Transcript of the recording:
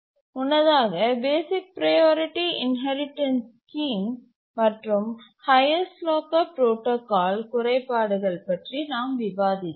முன்னதாக basic priority inheritance scheme மற்றும் highest locker protocol குறைபாடுகள் பற்றி நாம் விவாதித்தோம்